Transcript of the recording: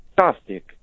fantastic